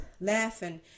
laughing